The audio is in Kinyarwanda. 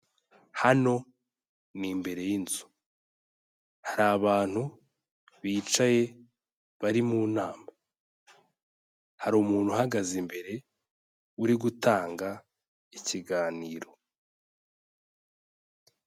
Hano ni imbere y'inzu hari abantu bicaye bari mu nama, hari umuntu uhagaze imbere uri gutanga ikiganiro.